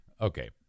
Okay